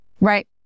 Right